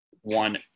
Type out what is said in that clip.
one –